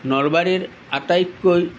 নলবাৰীৰ আটাইতকৈ